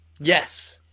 Yes